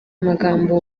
amagambo